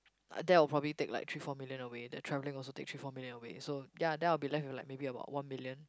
that would probably take like three four million away the traveling also take three four million away so ya then I will be left with like maybe about one million